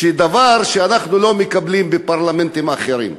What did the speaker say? דבר שאנחנו לא מקבלים בפרלמנטים אחרים.